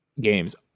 games